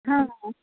हँ